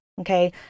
Okay